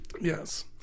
yes